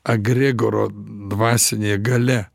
agregoro dvasinė galia